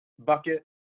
Bucket